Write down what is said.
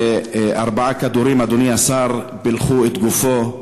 שארבעה כדורים, אדוני השר, פילחו את גופו.